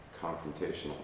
confrontational